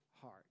heart